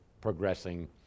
progressing